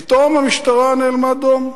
פתאום המשטרה נאלמה דום.